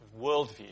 worldview